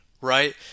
right